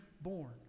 born